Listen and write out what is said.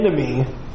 enemy